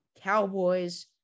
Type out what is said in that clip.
cowboys